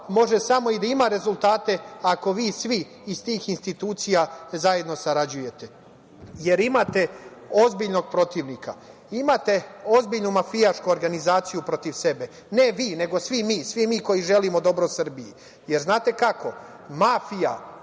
može samo i da ima rezultate ako vi svi iz tih institucija zajedno sarađujete. Imate ozbiljnog protivnika, imate ozbiljnu mafijašku organizaciju protiv sebe. Ne vi, nego svi mi, svi mi koji želimo dobro Srbiji. Znate kako, mafija